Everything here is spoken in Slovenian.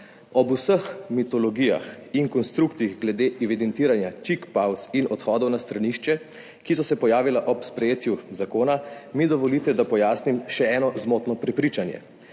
Ob vseh mitologijah in konstruktih glede evidentiranja čik pavz in odhodov na stranišče, ki so se pojavili ob sprejetju zakona, mi dovolite, da pojasnim še eno zmotno prepričanje.